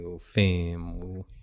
fame